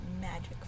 magic